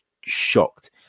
shocked